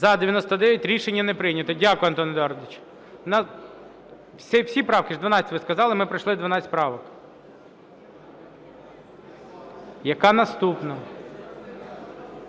За-99 Рішення не прийнято. Дякую, Антон Едуардович. Всі правки, 12 ви сказали, ми пройшли 12 правок. Яка наступна?